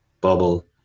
Bubble